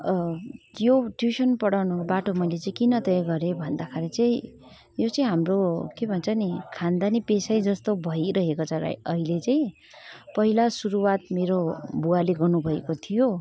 यो ट्युसन पढाउनुको बाटो मैले चाहिँ किन तय गरेँ भन्दाखेरि चाहिँ यो चाहिँ हाम्रो के भन्छ नि खानदानी पेसै जस्तो भइरहेको छ अहिले चाहिँ पहिला सुरूवात मेरो बुवाले गर्नुभएको थियो